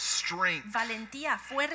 strength